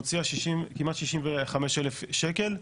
הוציאה כמעט 65,000 שקלים.